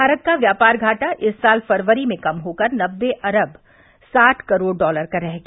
भारत का व्यापार घाटा इस साल फरवरी में कम होकर नब्बे अरब साठ करोड़ डॉलर का रह गया